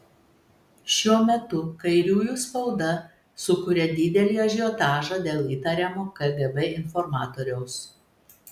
šiuo metu kairiųjų spauda sukuria didelį ažiotažą dėl įtariamo kgb informatoriaus